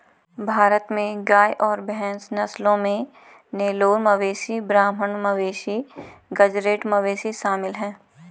भारत में गाय और भैंस नस्लों में नेलोर मवेशी ब्राह्मण मवेशी गेज़रैट मवेशी शामिल है